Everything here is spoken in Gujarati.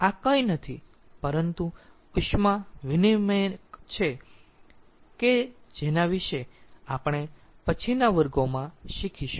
આ કંઈ નથી પરંતુ ઉષ્મા વિનીમયક છે કે જેના વિશે આપણે પછીના વર્ગોમાં શીખીશું